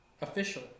Official